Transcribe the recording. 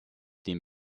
dem